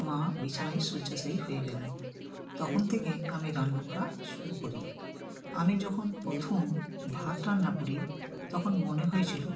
মা বিছানায় শয্যাশায়ী হয়ে গেলেন তখন থেকে আমি রান্না করা শুরু করি আমি যখন প্রথম ভাত রান্না করি তখন মনে হয়েছিলো